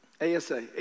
A-S-A